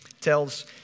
tells